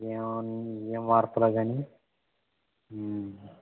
ఏం ఏం వార్తలో గాని